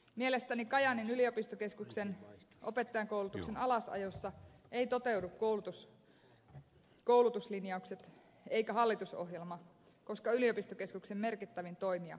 mielestäni kajaanin yliopistokeskuksen opettajankoulutuksen alasajossa eivät toteudu koulutuslinjaukset eikä hallitusohjelma koska yliopistokeskuksen merkittävin toimija lakkautetaan